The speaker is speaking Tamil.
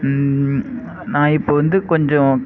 நான் இப்போ வந்து கொஞ்சம்